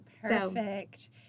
Perfect